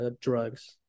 drugs